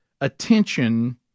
attention